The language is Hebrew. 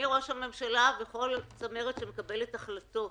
החל מראש הממשלה דרך כל צמרת מקבלי ההחלטות.